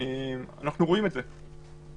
אני לא הולך להפוך את זה עכשיו להייד-פארק.